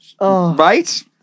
Right